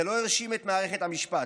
זה לא הרשים את מערכת המשפט.